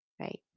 Right